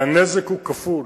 והנזק הוא כפול.